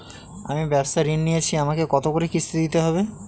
আমি ব্যবসার ঋণ নিয়েছি আমাকে কত করে কিস্তি দিতে হবে?